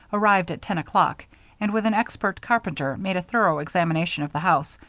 arrived at ten o'clock and, with an expert carpenter, made a thorough examination of the house,